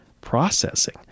processing